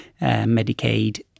Medicaid